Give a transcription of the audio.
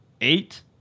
eight